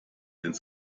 ins